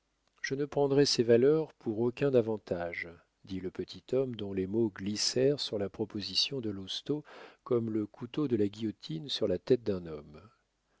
je ne prendrais ces valeurs pour aucun avantage dit le petit homme dont les mots glissèrent sur la proposition de lousteau comme le couteau de la guillotine sur la tête d'un homme